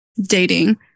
dating